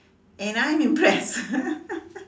and I am impressed